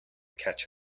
catch